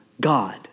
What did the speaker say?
God